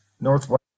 Northwest